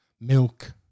milk